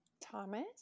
Thomas